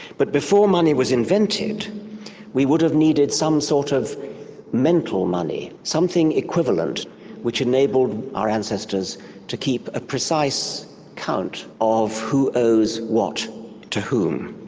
but before money was invented we would have needed some sort of mental money, something equivalent which enabled our ancestors to keep a precise count of who owes what to whom.